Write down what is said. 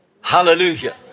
Hallelujah